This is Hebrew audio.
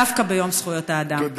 דווקא ביום זכויות האדם.